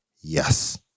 yes